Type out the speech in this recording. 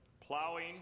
plowing